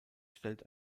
stellt